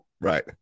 right